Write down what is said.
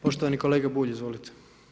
Poštovani kolega Bulj, izvolite.